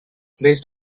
based